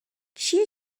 چیه